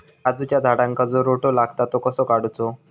काजूच्या झाडांका जो रोटो लागता तो कसो काडुचो?